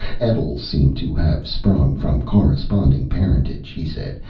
etl seemed to have sprung from corresponding parentage, he said,